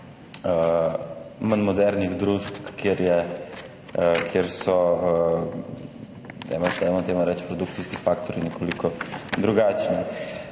manj modernih družb, kjer so, dajmo se temu reči, produkcijski faktorji in nekoliko drugačni.